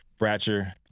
Bratcher